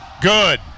Good